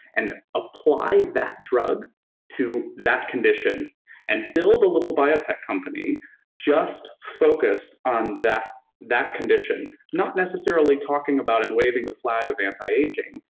and apply that drug to that condition and build a little biotech company just focused on that that condition, not necessarily talking about and waving the flag of anti-aging,